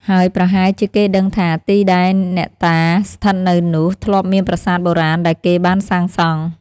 ហើយប្រហែលជាគេដឹងថា ទីដែលអ្នកតាស្ថិតនៅនោះ ធ្លាប់មានប្រាសាទបុរាណដែលគេបានសាងសង់។